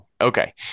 Okay